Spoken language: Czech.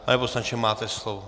Pane poslanče, máte slovo.